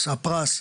עשה פרס.